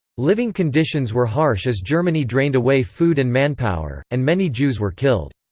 living conditions were harsh as germany drained away food and manpower, and many jews were killed.